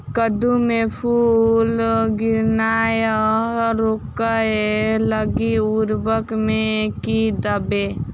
कद्दू मे फूल गिरनाय रोकय लागि उर्वरक मे की देबै?